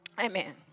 Amen